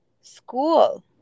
school